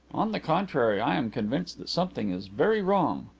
on the contrary, i am convinced that something is very wrong.